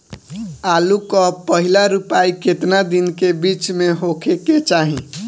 आलू क पहिला रोपाई केतना दिन के बिच में होखे के चाही?